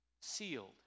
sealed